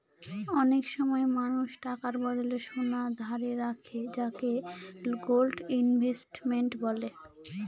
অনেক সময় মানুষ টাকার বদলে সোনা ধারে রাখে যাকে গোল্ড ইনভেস্টমেন্ট বলে